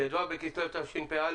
ט"ו בכסלו תשפ"א,